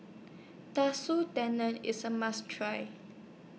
Tendon IS A must Try